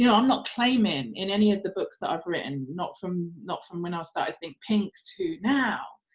you know i'm not claiming in any of the books that i've written, not from not from when i started pink pink to now,